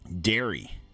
dairy